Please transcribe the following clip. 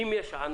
אם יש ענף